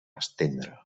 estendre